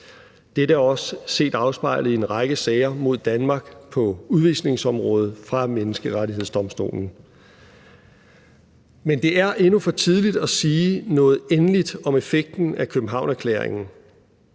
Dette er også set afspejlet i en række sager mod Danmark på udvisningsområdet fra Menneskerettighedsdomstolen. Men det er endnu for tidligt at sige noget endeligt om effekten af Københavnererklæringen,